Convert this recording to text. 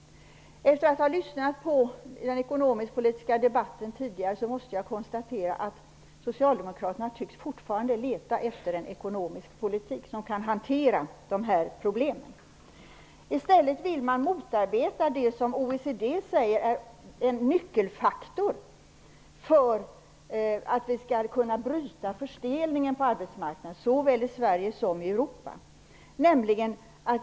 Efter att ha lyssnat på den ekonomisk-politiska debatten tidigare måste jag konstatera att Socialdemokraterna fortfarande tycks leta efter en ekonomisk politik som kan hantera de här problemen. Man vill motarbeta det som OECD säger är en nyckelfaktor för att vi skall kunna bryta förstelningen på arbetsmarknaden såväl i Sverige som i Europa.